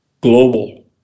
global